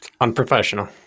Unprofessional